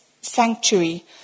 sanctuary